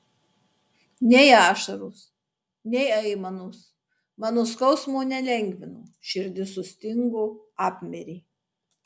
nei ašaros nei aimanos mano skausmo nelengvino širdis sustingo apmirė